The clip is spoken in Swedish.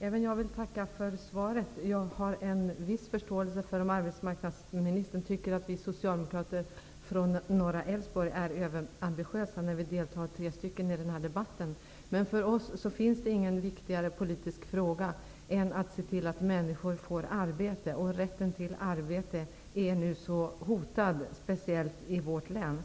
Även jag vill tacka för svaret. Jag har viss förståelse för att arbetsmarknadsministern kan tycka att vi socialdemokrater från norra Älvsborg är överambitiösa när tre av oss deltar i den här debatten, men för oss finns det ingen viktigare politisk fråga än att se till att människor får arbete, och rätten till arbete är nu så hotad -- speciellt i vårt län.